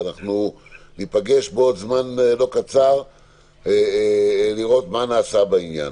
ואנחנו ניפגש בעוד זמן קצר כדי לראות מה נעשה בעניין.